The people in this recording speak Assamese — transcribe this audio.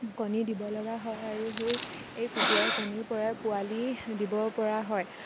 কণী দিব লগা হয় আৰু সেই এই কুকুৰাৰ কণীৰ পৰাই পোৱালি দিব পৰা হয়